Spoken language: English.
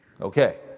Okay